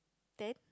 then